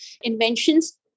inventions